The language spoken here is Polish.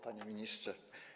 Panie Ministrze!